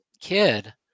kid